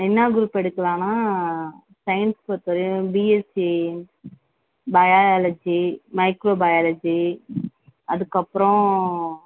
என்னா குரூப் எடுக்கலாம்னா சயின்ஸ் பொறுத்தவரையும் பிஎஸ்சி பயாலஜி மைக்ரோ பயாலஜி அதற்கப்றோம்